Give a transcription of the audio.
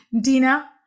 Dina